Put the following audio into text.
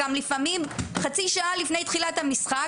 גם לפעמים חצי שעה לפני תחילת המשחק,